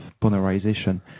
polarization